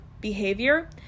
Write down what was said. behavior